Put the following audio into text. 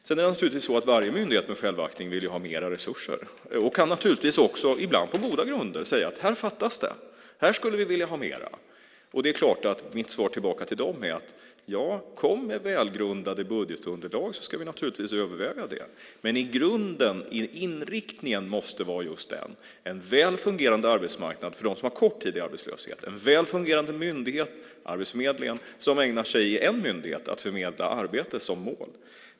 Sedan vill naturligtvis varje myndighet med självaktning ha mer resurser och kan ibland på goda grunder säga: Här fattas det; här skulle vi vilja ha mer. Det är klart att mitt svar tillbaka till dem är: Ja, kom med välgrundade budgetunderlag! Då ska vi naturligtvis överväga det. Men inriktningen måste vara just en väl fungerande arbetsmarknad för dem som har kort tid i arbetslöshet, en väl fungerande myndighet, Arbetsförmedlingen, som ägnar sig åt att förmedla arbeten som mål.